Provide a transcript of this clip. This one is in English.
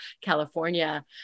California